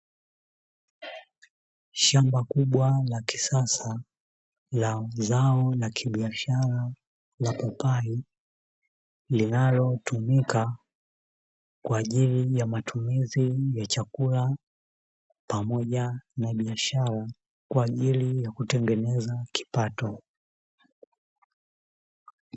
Shamba kubwa la kisasa la zao la kibiashara la papai, linalotumika kwa ajili ya matumizi ya chakula pamoja na biashara kwa ajili ya kutengeneza kipato.